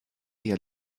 eher